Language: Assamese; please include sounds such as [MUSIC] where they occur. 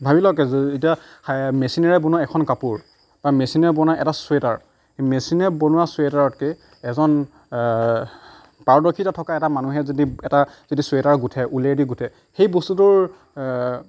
ভাবি লওক [UNINTELLIGIBLE] এতিয়া মেচিনেৰে বনোৱা এখন কাপোৰ বা মেচিনেৰে বনোৱা এটা চুৱেটাৰ মেচিনেৰে বনোৱা চুৱেটাৰতকৈ এজন পাৰদৰ্শিতা থকা এটা মানুহে যদি এটা যদি চুৱেটাৰ গুঠে ঊলেদি গুঠে সেই বস্তুটোৰ